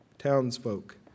townsfolk